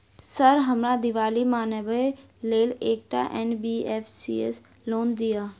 Sir हमरा दिवाली मनावे लेल एकटा एन.बी.एफ.सी सऽ लोन दिअउ?